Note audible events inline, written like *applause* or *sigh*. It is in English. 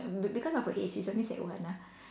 be~ because of her age she's only sec one ah *breath*